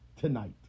tonight